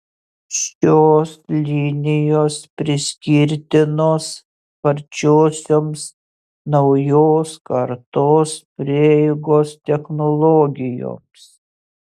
šios linijos priskirtinos sparčiosioms naujos kartos prieigos technologijoms